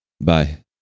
Bye